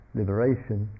liberation